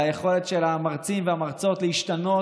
על היכולת של המרצים והמרצות להשתנות